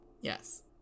Yes